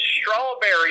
strawberry